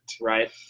Right